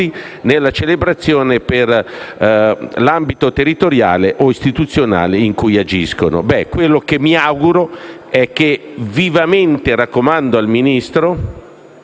nella celebrazione per l'ambito territoriale o istituzionale in cui agiscono». Quello che mi auguro e che vivamente raccomando al Ministro